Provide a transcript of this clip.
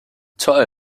toll